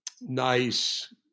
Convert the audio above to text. Nice